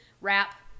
wrap